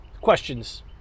questions